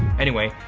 anyway,